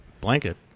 Blanket